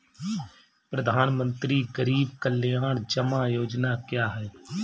प्रधानमंत्री गरीब कल्याण जमा योजना क्या है?